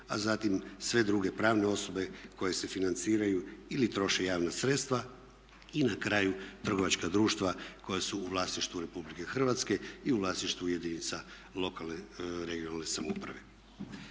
a zatim sve druge pravne osobe koje se financiraju ili troše javna sredstva i na kraju trgovačka društva koja su u vlasništvu RH i u vlasništvu jedinica lokalne i regionalne samouprave.